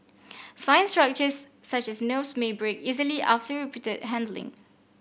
fine structures such as nerves may break easily after repeated handling